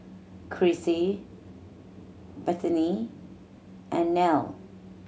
Crissie Bethany and Nelle